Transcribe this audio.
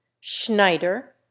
Schneider